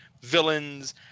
villains